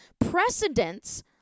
precedents